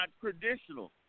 traditional